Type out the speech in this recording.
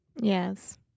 Yes